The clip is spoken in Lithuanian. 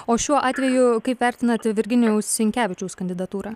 o šiuo atveju kaip vertinat virginijaus sinkevičiaus kandidatūrą